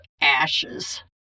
ashes